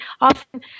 often